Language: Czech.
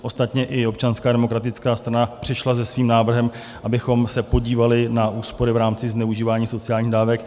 Ostatně i Občanská demokratická strana přišla se svým návrhem, abychom se podívali na úspory v rámci zneužívání sociálních dávek.